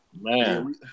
Man